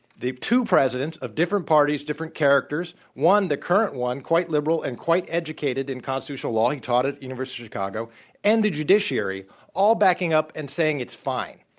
the two presidents of different parties, different characters, one, the current one, quite liberal and quite educated in constitutional law he taught it, university of chicago and the judiciary all backing up and saying it's fine.